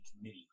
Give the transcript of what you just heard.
committee